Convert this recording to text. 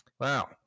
Wow